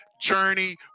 journey